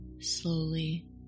slowly